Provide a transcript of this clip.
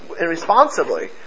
irresponsibly